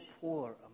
poor